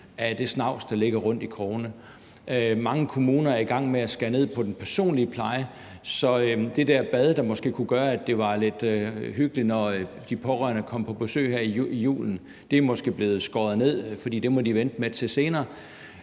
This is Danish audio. af det snavs, der ligger rundt i krogene. Mange kommuner er i gang med at skære ned på den personlige pleje. Så det bad, der måske kunne gøre, at det var lidt hyggeligt, når de pårørende kom på besøg her i julen, er måske blevet skåret væk, for det må de vente med til senere.